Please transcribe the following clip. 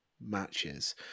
matches